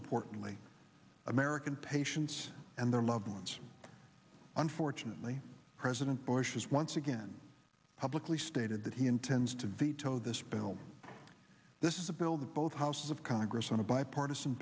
importantly american patients and their loved ones unfortunately president bush has once again publicly stated that he intends to veto this bill this is a bill that both houses of congress on a bipartisan